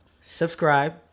subscribe